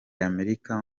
y’amerika